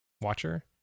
watcher